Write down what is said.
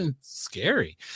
scary